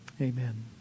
Amen